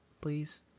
please